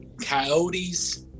coyotes